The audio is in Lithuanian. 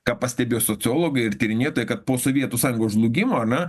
ką pastebėjo sociologai ir tyrinėtojai kad po sovietų sąjungos žlugimo ane